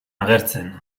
agertzen